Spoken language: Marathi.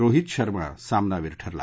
रोहीत शर्मा सामनावीर ठरला